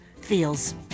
feels